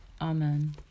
Amen